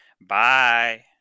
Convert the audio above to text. Bye